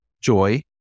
joy